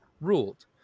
ruled